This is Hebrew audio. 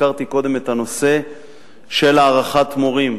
הזכרתי קודם את הנושא של הערכת מורים,